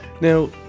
Now